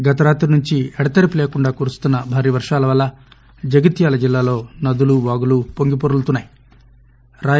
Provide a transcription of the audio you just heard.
గతరాత్రినుంచిఎడతెరపిలేకుండాకురుస్తున్న భారీవర్వాలవల్లజగిత్యాలజిల్లాలో నదులు వాగులుపొంగిపొర్లుతున్నాయి